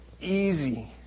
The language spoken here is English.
easy